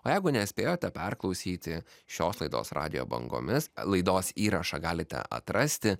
o jeigu nespėjote perklausyti šios laidos radijo bangomis laidos įrašą galite atrasti